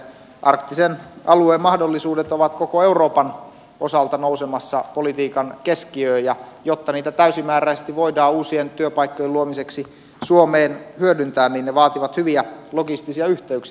arktisen alueen mahdollisuudet ovat koko euroopan osalta nousemassa politiikan keskiöön ja jotta niitä täysimääräisesti voidaan uusien työpaikkojen luomiseksi suomeen hyödyntää niin ne vaativat hyviä logistisia yhteyksiä